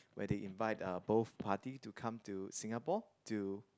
where they invite the both party to come to Singapore to